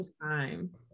time